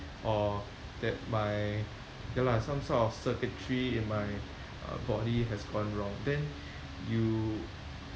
or that my ya lah some sort of circuitry in my uh body has gone wrong then you